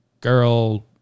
girl